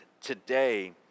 today